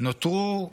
נותרו בחוץ.